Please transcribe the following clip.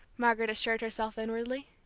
margaret assured herself inwardly.